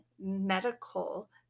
medical